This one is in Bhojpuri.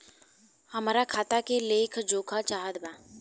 हमरा खाता के लेख जोखा चाहत बा?